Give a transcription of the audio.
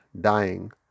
dying